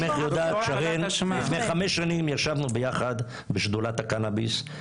את יודעת שלפני חמש שנים ישבנו ביחד בשדולת הקנביס,